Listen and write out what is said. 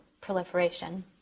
proliferation